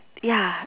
ya